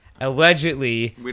Allegedly